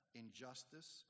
injustice